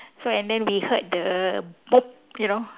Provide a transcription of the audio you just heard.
so and then we heard the you know